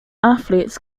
athletes